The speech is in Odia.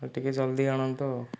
ଆଉ ଟିକିଏ ଜଲ୍ଦି ଆଣନ୍ତୁ ଆଉ